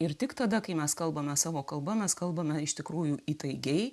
ir tik tada kai mes kalbame savo kalba mes kalbame iš tikrųjų įtaigiai